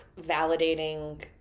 validating